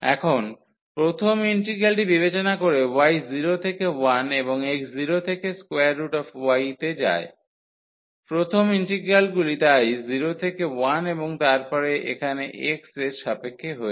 এখানে প্রথম ইন্টিগ্রালটি বিবেচনা করে y 0 থেকে 1 এবং x 0 থেকে y তে যায় প্রথম ইন্টিগ্রালগুলি তাই 0 থেকে 1 এবং তারপরে এখানে x এর সাপেক্ষে হয়েছে